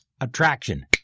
attraction